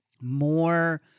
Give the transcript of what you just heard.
more